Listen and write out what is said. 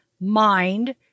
mind